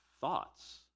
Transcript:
thoughts